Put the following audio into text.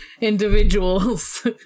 individuals